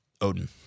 Odin